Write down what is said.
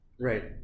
right